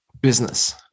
business